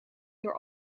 door